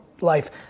life